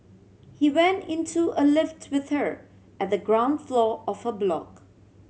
he went into a lift with her at the ground floor of her block